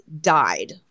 died